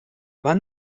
war